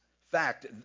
fact